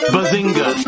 Bazinga